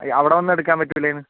അവിടെ വന്നാൽ എടുക്കാൻ പറ്റില്ലേയെന്ന്